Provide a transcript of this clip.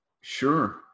Sure